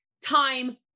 time